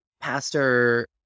pastor